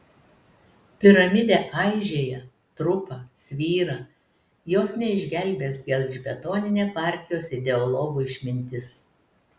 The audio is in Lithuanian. piramidė aižėja trupa svyra jos neišgelbės gelžbetoninė partijos ideologų išmintis